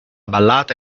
ballata